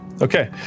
Okay